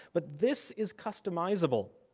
but this is customizable.